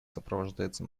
сопровождается